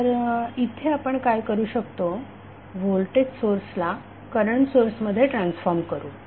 तर इथे आपण काय करू शकतो व्होल्टेज सोर्सला करंट सोर्समध्ये ट्रान्सफॉर्म करू